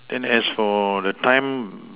then as for the time